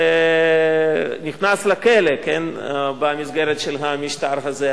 שנכנס לכלא במסגרת של המשטר הזה.